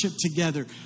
together